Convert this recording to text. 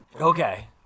Okay